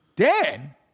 Dan